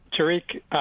Tariq